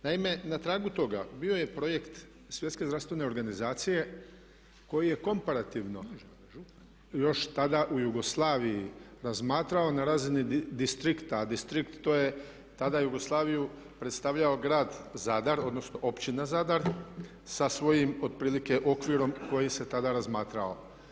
Naime, na tragu toga bio je projekt Svjetske zdravstvene organizacije koji je komparativno još tada u Jugoslaviji razmatrao na razini distrikta, a distrikt to je tada Jugoslaviju predstavljao grad Zadar, odnosno Općina Zadar sa svojim otprilike okvirom koji se tada razmatrao.